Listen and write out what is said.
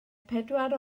pedwar